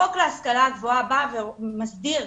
החוק להשכלה גבוהה מסביר